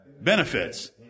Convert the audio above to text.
benefits